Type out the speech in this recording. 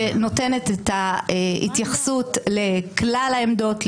שנותנת את ההתייחסות לכלל העמדות,